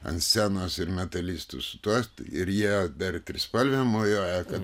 ant scenos ir metalistus ir jie dar trispalvėm mojuoja kad